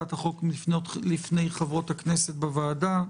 הצעת החוק מונחת בפני חברות הכנסת בוועדה.